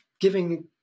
giving